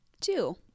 Two